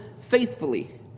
faithfully